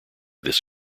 this